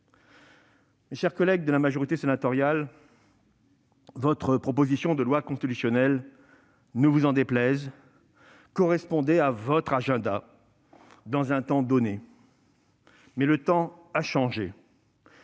Chers collègues de la majorité sénatoriale, votre proposition de loi constitutionnelle, ne vous en déplaise, correspondait à votre agenda, dans un temps donné. Mais le temps a changé.